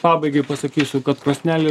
pabaigai pasakysiu kad krosnelė